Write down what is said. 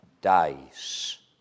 dies